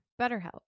BetterHelp